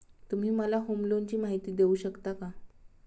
तुम्ही मला होम लोनची माहिती देऊ शकता का?